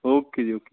okay ji okay